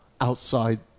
outside